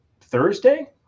thursday